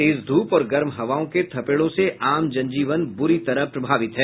तेज ध्रप और गर्म हवाओं के थपेड़ों से आम जन जीवन बुरी तरह प्रभावित है